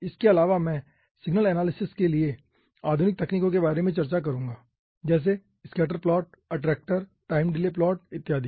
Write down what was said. इसके अलावा मैं सिग्नल एनालिसिस के लिए आधुनिक तकनीकों के बारे में चर्चा करूंगा जैसे scatter plot attractor time delay plot इत्यादि